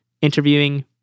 interviewing